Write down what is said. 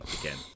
again